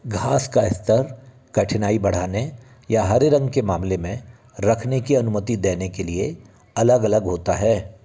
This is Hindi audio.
घास का स्तर कठिनाई बढ़ाने या हरे रंग के मामले में रखने की अनुमति देने के लिए अलग अलग होता है